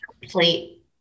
complete